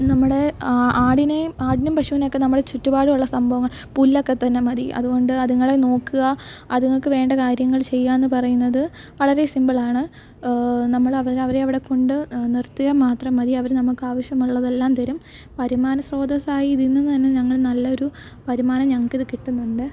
നമ്മുടെ ആടിനെയും ആടിനും പശുവിനൊക്കെ നമ്മൾ ചുറ്റുപാടുമുള്ള സംഭവങ്ങൾ പുല്ലൊക്കെ തന്നെ മതി അതുകൊണ്ട് അതുങ്ങളെ നോക്ക് അ അതുങ്ങൾക്കു വേണ്ട കാര്യങ്ങൾ ചെയ്യാമെന്നു പറയുന്നത് വളരെ സിമ്പിളാണ് നമ്മളവരെ അവരെ അവിടെ കൊണ്ടു നിർത്തിയാൽ മാത്രം മതി അവർ നമുക്കാവശ്യമുള്ളതെല്ലാം തരും വരുമാന ശ്രോതസ്സായി ഇതു തന്നെ ഞങ്ങൾ നല്ലൊരു വരുമാനം ഞങ്ങൾക്കിത് കിട്ടുന്നുണ്ട്